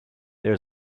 there